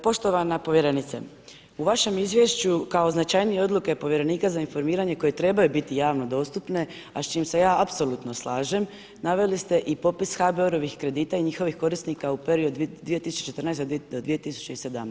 Poštovana povjerenice, u vašem izvješću kao značajnije odluke povjerenika za informiranje koje trebaju biti javno dostupne a s čime se ja apsolutno slažem naveli ste i popis HBOR-ovih kredita i njihovih korisnika u periodu 2014. do 2017.